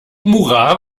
murat